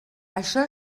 això